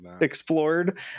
explored